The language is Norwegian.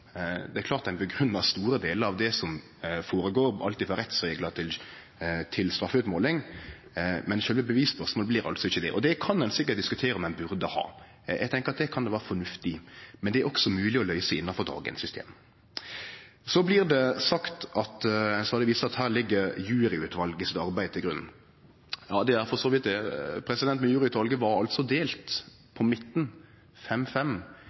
Det er klart at ein grunngjev store delar av det som skjer, alt frå rettsreglar til straffutmåling, men sjølve bevisspørsmålet blir ikkje grunngjeve. Det kan ein sikkert diskutere om ein burde gjere. Eg tenkjer at det kan det vere fornuft i, men det er det også mogleg å løyse innanfor dagens system. Det blir stadig vist til at juryutvalets arbeid ligg til grunn for dette. Ja, det gjer for så vidt det, men juryutvalet var delt på midten, fem mot fem,